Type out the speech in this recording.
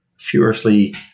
furiously